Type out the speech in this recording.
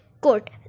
court